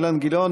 אילן גילאון,